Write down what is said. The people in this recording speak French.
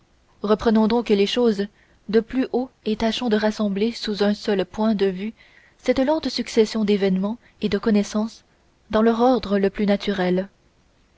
reprenons donc les choses de plus haut et tâchons de rassembler sous un seul point de vue cette lente succession d'événements et de connaissances dans leur ordre le plus naturel